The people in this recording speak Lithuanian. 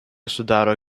sudaro